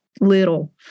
little